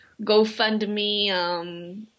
GoFundMe